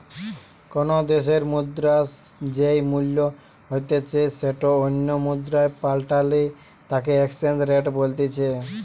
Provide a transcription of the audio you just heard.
কোনো দ্যাশের মুদ্রার যেই মূল্য হইতে সেটো অন্য মুদ্রায় পাল্টালে তাকে এক্সচেঞ্জ রেট বলতিছে